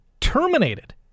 terminated